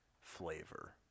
flavor